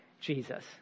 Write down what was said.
Jesus